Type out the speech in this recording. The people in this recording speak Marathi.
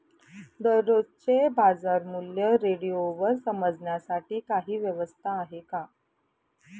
दररोजचे बाजारमूल्य रेडिओवर समजण्यासाठी काही व्यवस्था आहे का?